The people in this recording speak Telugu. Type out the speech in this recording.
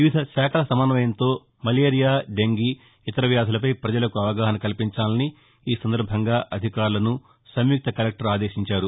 వివిధ శాఖల సమన్వయంతో మలేరియా డెంగీ ఇతర వ్యాధులపై ప్రజలకు అవగాహన కల్పించాలని ఈ సందర్భంగా అధికారులను సంయుక్త కలెక్టర్ ఆదేశించారు